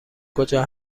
کجا